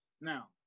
Now